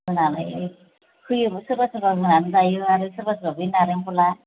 होनानैहाय होयोबो सोरबा सोरबा होनानै जायो आरो सोरबा सोरबा बै नारेंखलआ